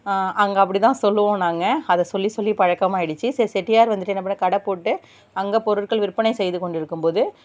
அங்கே அப்படிதான் சொல்லுவோம் நாங்கள் அதை சொல்லி சொல்லி பழக்கம் ஆயிடுச்சு செட்டியார் வந்துவிட்டு என்ன பண்ணுறார் கடைப்போட்டு அங்கே பொருட்கள் விற்பனை செய்துக்கொண்டிருக்கும்போது